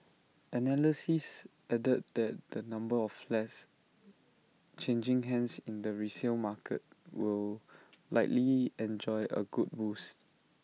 analysts added that the number of flats changing hands in the resale market will likely enjoy A good boost